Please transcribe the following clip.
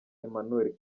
emmanuel